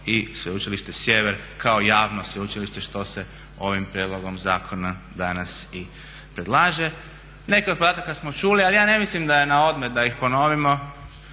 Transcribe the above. i Sveučilište Sjever kao javno sveučilište što se ovim prijedlogom zakona danas i predlaže. Neke od podataka smo čuli ali ja ne mislim da je na odmet da ih ponovimo,